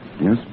Yes